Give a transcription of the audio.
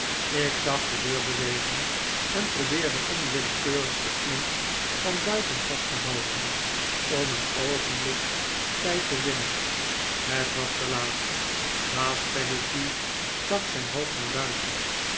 ik zag de deur bewegen en probeerde onwillekeurig de klink van buiten vast te houden om een oogenblik tijd te winnen het was te laat baas peggotty stak zijn hoofd naar buiten